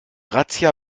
razzia